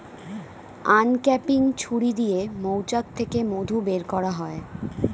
uncapping ছুরি দিয়ে মৌচাক থেকে মধু বের করা হয়